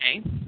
okay